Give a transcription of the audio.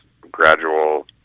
gradual